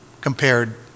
compared